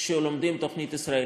שלומדים תוכנית ישראלית,